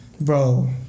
Bro